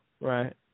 Right